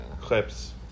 Clips